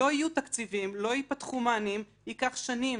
לא יהיו תקציבים, לא ייפתחו מענים, ייקח שנים.